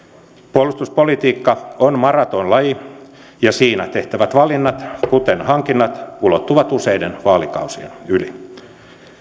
puolustuspolitiikka on maratonlaji ja siinä tehtävät valinnat kuten hankinnat ulottuvat useiden vaalikausien yli